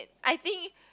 I think